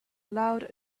loud